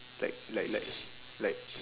like like like like